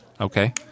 Okay